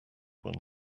will